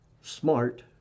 smart